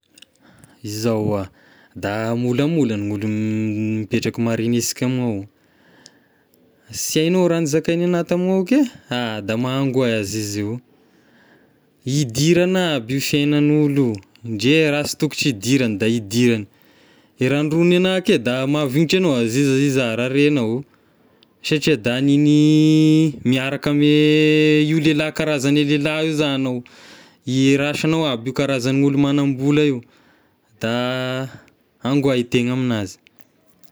Izao hoa da molamola ny olo nipetraka marignesika amignao oh, sy haignao raha nizakainy anahy tamignao ke, ah! Da mangohay aza izy io, idiragna aby io fiaganan'olo io, indre raha sy tokotry idiragna da idiragny, e raha norohonogny anahy ke da mahavignitra agnao raha regnao oh, satria da haniny miaraka ame io lelahy karazagn'ny lelahy za agnao, iarasagnao aby io karazan'olo manam-bola io, da angohay e tegna aminazy.